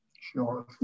Sure